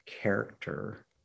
character